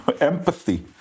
empathy